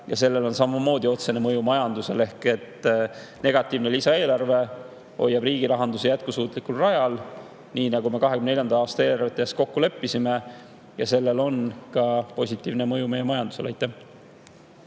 Sellel on samamoodi otsene mõju majandusele. Negatiivne lisaeelarve hoiab riigirahanduse jätkusuutlikul rajal, nii nagu me 2024. aasta eelarvet tehes kokku leppisime, ja sellel on ka positiivne mõju meie majandusele.